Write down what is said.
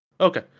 Okay